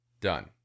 Done